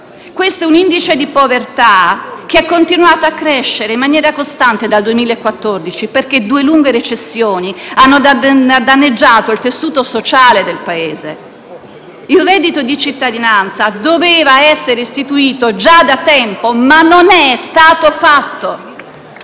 Questo indice di povertà ha continuato a crescere in maniera costante dal 2014, perché due lunghe recessioni hanno danneggiato il tessuto sociale del Paese. Il reddito di cittadinanza doveva essere istituito già da tempo, ma così non è stato.